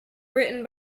written